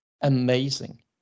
amazing